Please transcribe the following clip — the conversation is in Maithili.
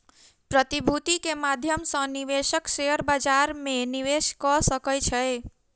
प्रतिभूति के माध्यम सॅ निवेशक शेयर बजार में निवेश कअ सकै छै